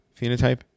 phenotype